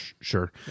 sure